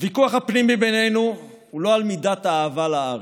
הוויכוח הפנימי בינינו הוא לא על מידת האהבה לארץ.